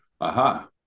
aha